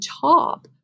top